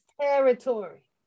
territory